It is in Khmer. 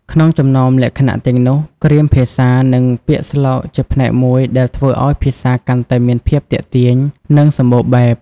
ក្នុងចំណោមលក្ខណៈទាំងនោះ គ្រាមភាសា និងពាក្យស្លោកជាផ្នែកមួយដែលធ្វើឲ្យភាសាកាន់តែមានភាពទាក់ទាញ និងសម្បូរបែប។